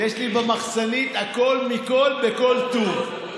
יש לי במחסנית הכול מכול וכל טוב.